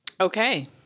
Okay